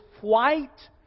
white